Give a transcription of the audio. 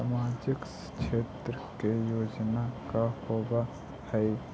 सामाजिक क्षेत्र के योजना का होव हइ?